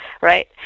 right